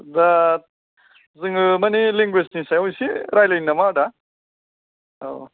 दा जोङो माने लेंगुवेजनि सायाव एसे रायज्लायनो नामा आदा औ